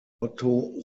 otto